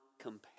compare